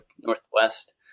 Northwest